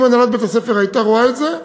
אם הנהלת בית-הספר הייתה רואה את זה,